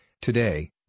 Today